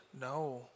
No